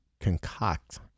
concoct